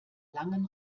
langen